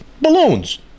Balloons